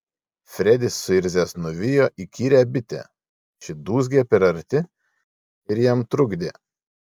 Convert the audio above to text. fredis suirzęs nuvijo įkyrią bitę ši dūzgė per arti ir jam trukdė